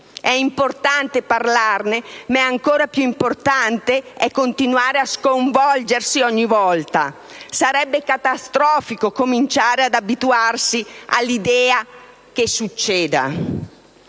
È importante parlarne, ma ancora più importante è continuare a sconvolgersi ogni volta: sarebbe catastrofico cominciare ad abituarsi all'idea che succeda.